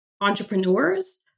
entrepreneurs